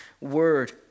word